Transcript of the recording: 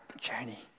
journey